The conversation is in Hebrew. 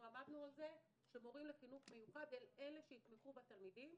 עמדנו על כך שמורים לחינוך מיוחד הם אלה שיתמכו בתלמידים.